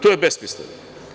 To je besmisleno.